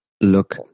look